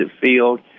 field